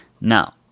Now